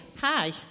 hi